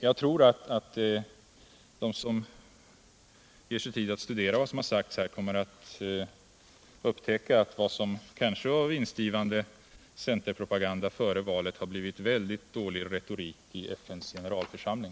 Jag tror att de som ger sig tid att studera vad som har sagts här kommer att upptäcka att vad som kanske var vinstgivande centerpropaganda före valet har blivit väldigt dålig retorik i FN:s generalförsamling.